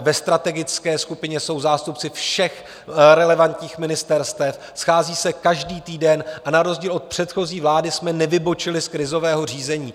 Ve strategické skupině jsou zástupci všech relevantních ministerstev, schází se každý týden a na rozdíl od předchozí vlády jsme nevybočili z krizového řízení.